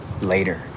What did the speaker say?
later